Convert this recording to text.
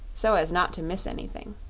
so as not to miss anything.